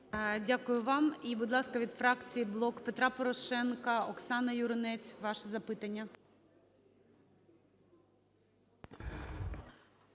Дякую вам. І, будь ласка, від фракція "Блок Петра Порошенка" Оксана Юринець. Ваше запитання.